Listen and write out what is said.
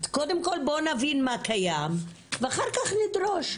קודם כל בוא נבין מה קיים ואחר כך נדרוש.